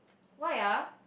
why ah